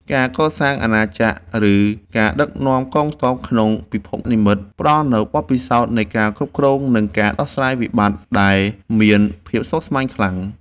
ការកសាងអាណាចក្រឬការដឹកនាំកងទ័ពក្នុងពិភពនិម្មិតផ្តល់នូវបទពិសោធន៍នៃការគ្រប់គ្រងនិងការដោះស្រាយវិបត្តិដែលមានភាពស្មុគស្មាញខ្លាំង។